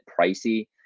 pricey